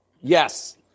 Yes